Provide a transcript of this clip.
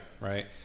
right